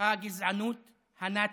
הגזענות הנאצית.